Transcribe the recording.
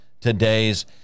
today's